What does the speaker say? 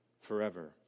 forever